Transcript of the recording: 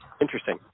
Interesting